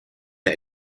der